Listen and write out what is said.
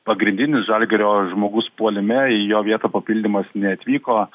pagrindinis žalgirio žmogus puolime į jo vietą papildymas neatvyko